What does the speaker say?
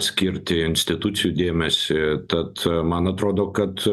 skirti institucijų dėmesį tad man atrodo kad